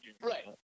Right